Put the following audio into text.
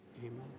Amen